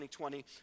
2020